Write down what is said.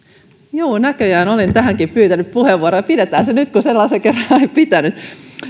juu näköjään olen tähänkin pyytänyt puheenvuoroa pidetään se nyt kun sellaisen kerran olen